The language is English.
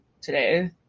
today